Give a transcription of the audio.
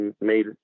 made